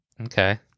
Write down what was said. Okay